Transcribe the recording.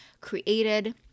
Created